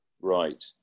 Right